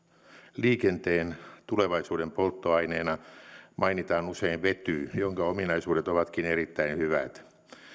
liikenteen tulevaisuuden polttoaineena mainitaan usein vety jonka ominaisuudet ovatkin erittäin hyvät